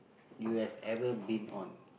you have ever been on